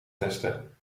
testen